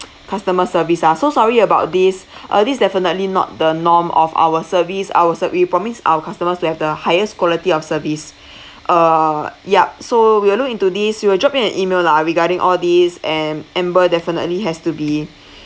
customer service ah so sorry about this uh this is definitely not the norm of our service our ser~ we promise our customers to have the highest quality of service err yup so we will look into this we will drop you an email lah regarding all this and amber definitely has to be